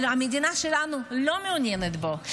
אבל המדינה שלנו לא מעוניינת בו.